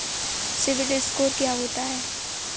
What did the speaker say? CIBIL score क्या होता है?